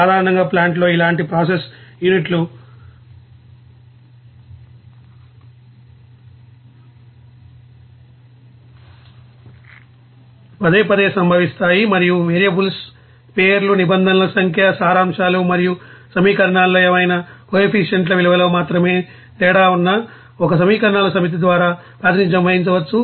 సాధారణంగా ప్లాంట్లో ఇలాంటి ప్రాసెస్ యూనిట్లు పదేపదే సంభవిస్తాయి మరియు వేరియబుల్స్ పేర్లు నిబంధనల సంఖ్య సారాంశాలు మరియు సమీకరణాలలో ఏవైనా కోఎఫీషియెంట్ల విలువలలో మాత్రమే తేడా ఉన్న ఒకే సమీకరణాల సమితి ద్వారా ప్రాతినిధ్యం వహించవచ్చు